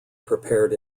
prepared